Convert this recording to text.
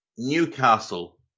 Newcastle